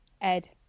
Ed